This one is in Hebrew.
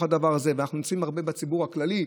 הדבר הזה ואנחנו נמצאים הרבה בציבור הכללי,